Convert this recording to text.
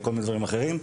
וכל מיני דברים אחרים,